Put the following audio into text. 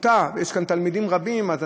אני